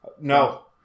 No